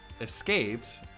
escaped